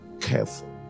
careful